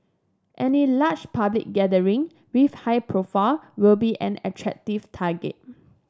any large public gathering with high profile will be an attractive target